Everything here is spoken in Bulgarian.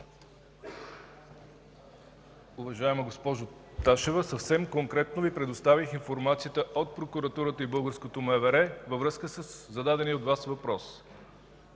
Уважаема госпожо Ташева, съвсем конкретно Ви предоставих информацията от прокуратурата и българското МВР във връзка със зададения от Вас въпрос.